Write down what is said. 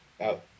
out